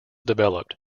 developed